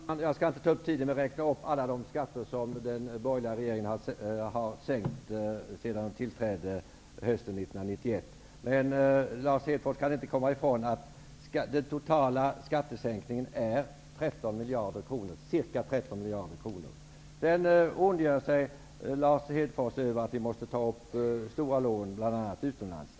Herr talman! Jag skall inte ta upp tiden med att räkna upp alla de skatter som den borgerliga regeringen har sänkt sedan den tillträdde hösten 1991. Men Lars Hedfors kan inte komma ifrån att den totala skattesänkningen är ca 13 miljarder kronor. Lars Hedfors ondgjorde sig över att vi måste ta upp stora lån, bl.a. utomlands.